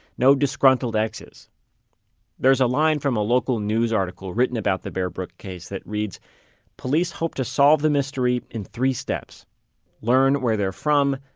no disgruntled exes there's a line from a local news article written about the bear brook case that reads police hope to solve the mystery in three steps learn where they're from,